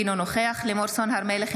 אינו נוכח לימור סון הר מלך,